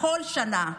כל שנה,